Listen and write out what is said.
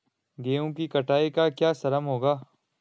गेहूँ की कटाई का क्या श्रम होगा?